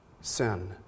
sin